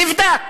נבדק.